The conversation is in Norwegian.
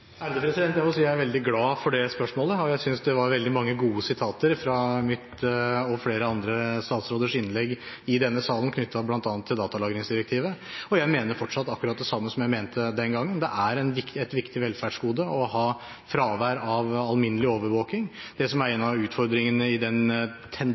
Jeg må si jeg er veldig glad for det spørsmålet, og jeg synes det var veldig mange gode sitater fra mitt og flere andre statsråders innlegg i denne salen knyttet til bl.a. datalagringsdirektivet. Jeg mener fortsatt akkurat det samme som jeg mente den gangen – det er et viktig velferdsgode å ha fravær av alminnelig overvåking. Det som er en